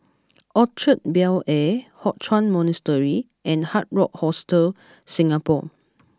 Orchard Bel Air Hock Chuan Monastery and Hard Rock Hostel Singapore